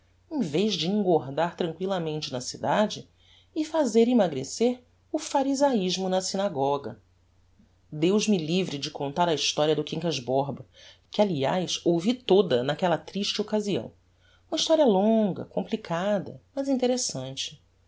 em vez de engordar tranquillamente na cidade e fazer emmagrecer o pharisaismo na synagoga deus me livre de contar a historia do quincas borba que aliás ouvi toda naquella triste occasião uma historia longa complicada mas interessante